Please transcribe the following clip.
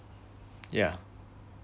yeah